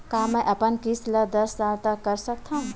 का मैं अपन किस्त ला दस साल तक कर सकत हव?